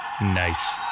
Nice